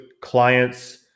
clients